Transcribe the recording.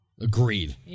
Agreed